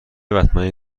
بتمنی